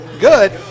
good